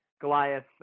Goliath